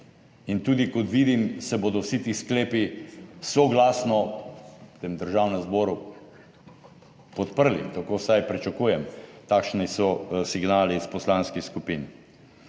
in tudi kot vidim, se bodo vsi ti sklepi soglasno v tem Državnem zboru podprli, tako vsaj pričakujem, takšni so signali iz poslanskih skupin.